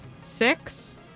six